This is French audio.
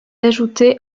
ajoutés